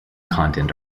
content